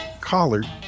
Collard